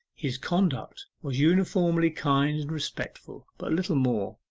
his conduct was uniformly kind and respectful, but little more.